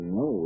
no